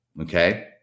Okay